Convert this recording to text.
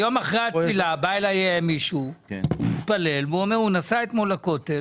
היום אחרי התפילה בא אלי מישהו ואמר שהוא נסע אתמול לכותל